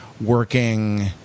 working